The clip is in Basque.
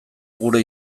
gure